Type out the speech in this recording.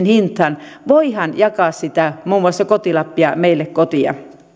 hintaan voidaan jakaa sitä muun muassa koti lappia meille kotiin